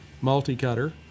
multi-cutter